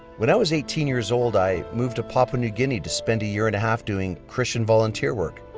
when i was eighteen years old, i moved to papua new guinea to spend year and a half doing christian volunteer work.